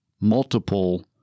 multiple